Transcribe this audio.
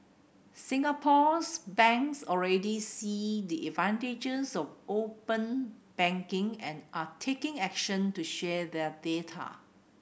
Singapore's banks already see the advantages of open banking and are taking action to share their data